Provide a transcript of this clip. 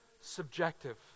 subjective